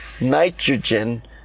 nitrogen